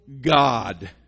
God